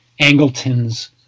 Angleton's